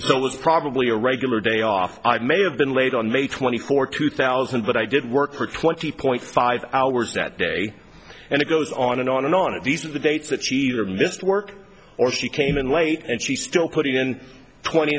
so it was probably a regular day off i may have been late on may twenty fourth two thousand but i did work for twenty point five hours that day and it goes on and on and on these are the dates that she either missed work or she came in late and she still put in twenty